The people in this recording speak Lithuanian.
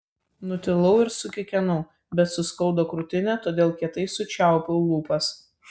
nutilau ir sukikenau bet suskaudo krūtinę todėl kietai sučiaupiau lūpas